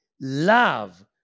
Love